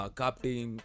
captain